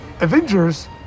Avengers